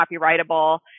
copyrightable